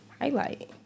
highlight